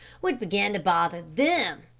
would begin to bother them.